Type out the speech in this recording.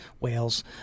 whales